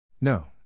No